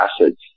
acids